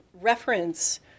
reference